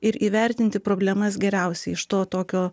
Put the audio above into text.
ir įvertinti problemas geriausiai iš to tokio